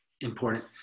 important